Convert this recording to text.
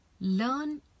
Learn